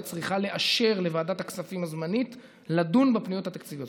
צריכה לאשר לוועדת הכספים הזמנית לדון בפניות התקציביות.